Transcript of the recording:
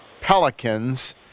Pelicans